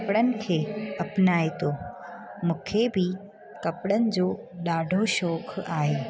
कपिड़नि खे अपनाए थो मूंखे बि कपिड़नि जो ॾाढो शौक़ु आहे